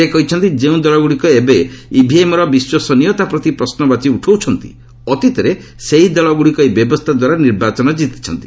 ସେ କହିଛନ୍ତି ଯେଉଁ ଦଳଗ୍ରଡ଼ିକ ଏବେ ଇଭିଏମ୍ର ବିଶ୍ୱସନୀୟତା ପ୍ରତି ପ୍ରଶ୍ନବାଚୀ ଉଠାଉଛନ୍ତି ଅତୀତରେ ସେହି ଦଳଗୁଡ଼ିକ ଏହି ବ୍ୟବସ୍ଥା ଦ୍ୱାରା ନିର୍ବାଚନ କିତିଛନ୍ତି